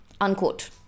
Unquote